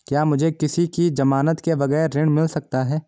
क्या मुझे किसी की ज़मानत के बगैर ऋण मिल सकता है?